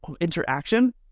interaction